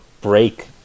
break